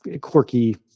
quirky